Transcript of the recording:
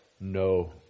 no